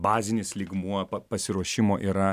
bazinis lygmuo pasiruošimo yra